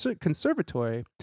conservatory